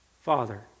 Father